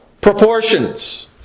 proportions